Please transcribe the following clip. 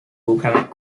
organic